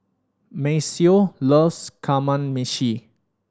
Maceo loves Kamameshi